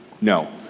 No